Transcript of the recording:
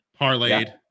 parlayed